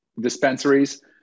dispensaries